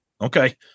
Okay